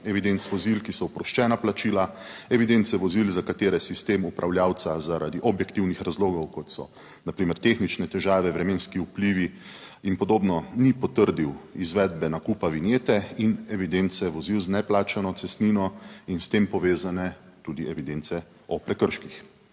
evidenc vozil, ki so oproščena plačila, evidence vozil za katere sistem upravljavca zaradi objektivnih razlogov, kot so na primer tehnične težave, vremenski vplivi in podobno, ni potrdil izvedbe nakupa vinjete in evidence vozil z neplačano cestnino in s tem povezane tudi evidence o prekrških.